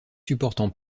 supportant